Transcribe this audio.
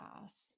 pass